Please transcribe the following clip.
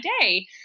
day